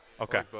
Okay